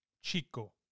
Chico